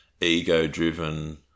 ego-driven